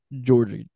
Georgia